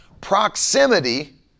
Proximity